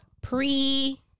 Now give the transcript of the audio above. pre